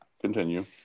continue